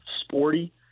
sporty